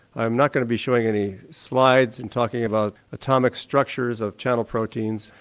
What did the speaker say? i'm not going to be showing any slides and talking about atomic structures of channel proteins,